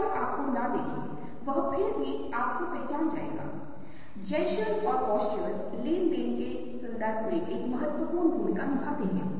अगर मैं आपसे एक सवाल पूछूं कि मेरे बालों का रंग क्या है या इस चीज का रंग क्या है या उस चीज का रंग क्या है तो हम ज्यादातर इन चीजों को यादन नही करते हैं